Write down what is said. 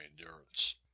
endurance